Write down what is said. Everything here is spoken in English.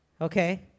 Okay